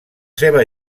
seva